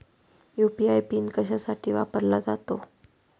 UPI PIN कशासाठी वापरला जातो?